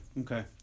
okay